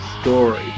story